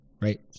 right